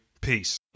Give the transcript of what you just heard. Peace